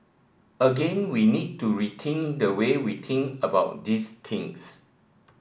again we need to waiting the way we waiting about these things